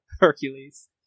Hercules